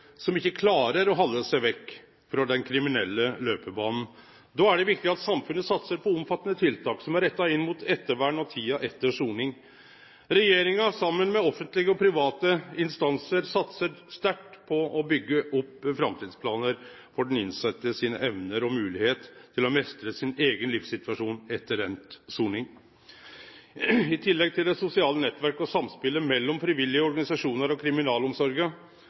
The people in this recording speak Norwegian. som ikkje klarer å halde seg vekk frå den kriminelle løpebanen. Da er det viktig at samfunnet satsar på omfattande tiltak, som er retta inn mot ettervern og tida etter soning. Regjeringa, saman med offentlege og private instansar, satsar sterkt på å byggje opp framtidsplanar for den innsette sine evner og moglegheit til å meistre sin eigen livssituasjon etter enda soning. I tillegg til det sosiale nettverket og samspelet mellom friviljuge organisasjonar og kriminalomsorga